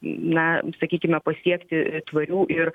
na sakykime pasiekti tvarių ir